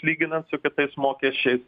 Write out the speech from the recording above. lyginant su kitais mokesčiais